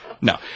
No